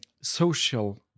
Social